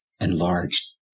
enlarged